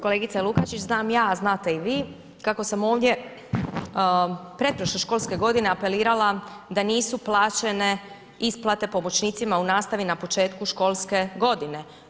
Kolegice Lukačić znam ja, a znate i vi kako sam ovdje pretprošle školske godine apelirala da nisu plaćene isplate pomoćnicima u nastavi na početku školske godine.